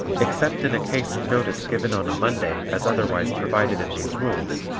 except in a case of notice given on monday as otherwise provided in these rules,